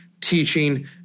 teaching